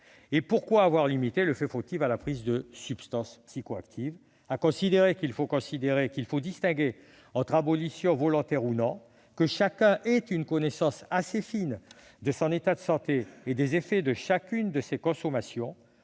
pourquoi avoir limité le fait fautif à la prise de substances psychoactives ? Même à considérer qu'il faille distinguer entre abolition volontaire ou non et que chacun ait une connaissance assez fine de son état de santé et des effets de chacune de ses consommations,